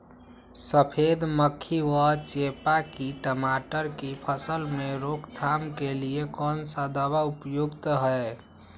सफेद मक्खी व चेपा की टमाटर की फसल में रोकथाम के लिए कौन सा दवा उपयुक्त है?